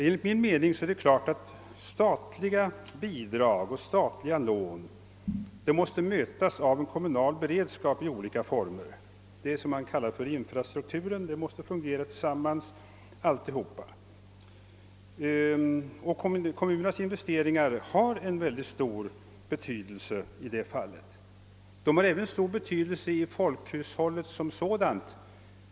Enligt min mening är det klart att statliga bidrag och lån måste mötas av en kommunal beredskap i olika former. Det är det man kallar för infrastruktur; allting måste fungera tillsammans. Och kommunernas investeringar har i det fallet oerhört stor betydelse. De har också stor betydelse i folkhushållet som sådant.